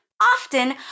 often